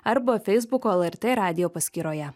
arba feisbuko lrt radijo paskyroje